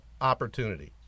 opportunity